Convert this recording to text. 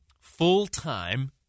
full-time